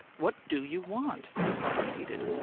what do you want? the son repeated.